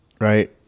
right